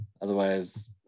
otherwise